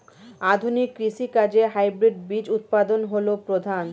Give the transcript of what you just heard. আধুনিক কৃষি কাজে হাইব্রিড বীজ উৎপাদন হল প্রধান